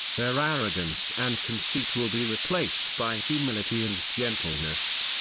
their arrogance and conceit will be replaced by humility and gentleness.